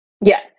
Yes